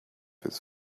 his